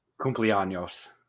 Cumpleaños